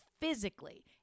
physically